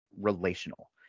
relational